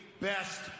best